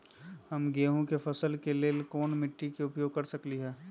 हम गेंहू के फसल के लेल कोन मिट्टी के उपयोग कर सकली ह?